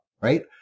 Right